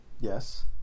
Yes